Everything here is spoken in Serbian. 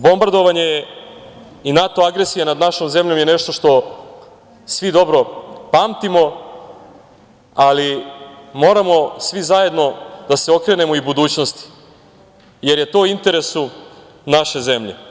Bombardovanje je i NATO agresija nad našom zemljom je nešto što svi dobro pamtimo ali moramo svi zajedno da se okrenemo i budućnosti, jer je to u interesu naše zemlje.